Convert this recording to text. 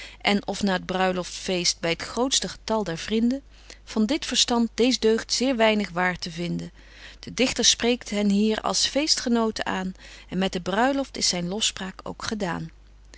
en of na t bruiloft feest by t grootst getal der vrinden van dit verstand dees deugd zeer weinig waar te vinden de dichter spreekt hen hier als feestgenoten aan en met de bruiloft is zyn lofspraak ook gedaan